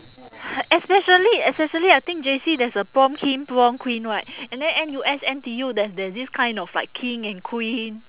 especially especially I think J_C there's a prom king prom queen right and then N_U_S N_T_U there's there's this kind of like king and queen